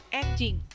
acting